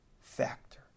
factor